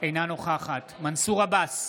אינה נוכחת מנסור עבאס,